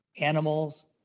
animals